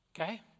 Okay